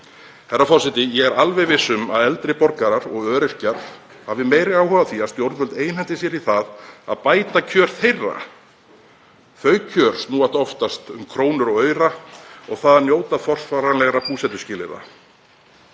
Herra forseti. Ég er alveg viss um að eldri borgarar og öryrkjar hafa meiri áhuga á því að stjórnvöld einhendi sér í að bæta kjör þeirra. Þau kjör snúast oftast um krónur og aura og það að njóta forsvaranlegra búsetuskilyrða.